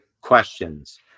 questions